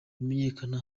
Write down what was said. bimenyekana